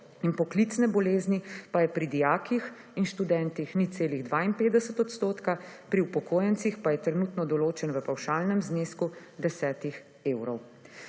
in poklicne bolezni pa je pri dijakih in študentih 0,52 %, pri upokojencih pa je trenutno določen v pavšalnem znesku 10 evrov.